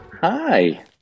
Hi